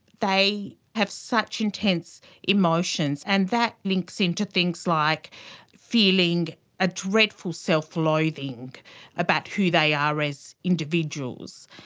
they have such intense emotions, and that links into things like feeling a dreadful self-loathing about who they are as individuals.